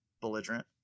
belligerent